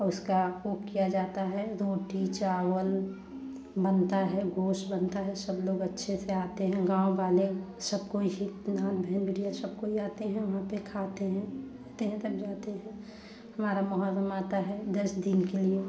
उसका वो किया जाता है रोटी चावल बनता है गोस बनता है सब लोग अच्छे से आते हैं गाँव वाले सब को ही जितना बहन बेटियाँ सब कोई आते हैं वहाँ पर खाते हैं खाते हैं तब जाते हैं हमारा मुहर्रम आता है दस दिन के लिए